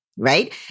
Right